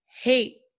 hate